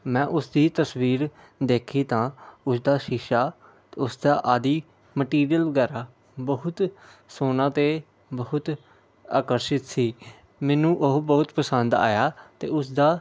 ਮੈਂ ਉਸਦੀ ਤਸਵੀਰ ਦੇਖੀ ਤਾਂ ਉਸਦਾ ਸ਼ੀਸ਼ਾ ਉਸਦਾ ਆਦਿ ਮਟੀਰੀਅਲ ਵਗੈਰਾ ਬਹੁਤ ਸੋਹਣਾ ਅਤੇ ਬਹੁਤ ਆਕਰਸ਼ਿਤ ਸੀ ਮੈਨੂੰ ਉਹ ਬਹੁਤ ਪਸੰਦ ਆਇਆ ਅਤੇ ਉਸਦਾ